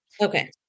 Okay